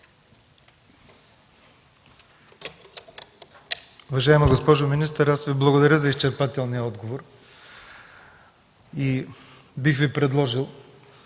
Уважаема госпожо министър, аз Ви благодаря за изчерпателния отговор и бих Ви предложил